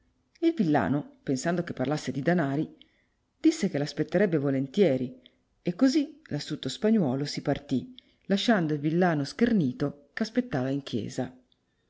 il villano pensando che parlasse di danari disse che l'aspettare be volentieri e così l'astuto spagnuolo si parti lasciando il villano schernito ch'aspettava in chiesa